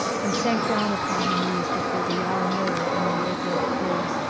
and sank down upon her knees before the long mirror on the wardrobe floor.